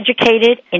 educated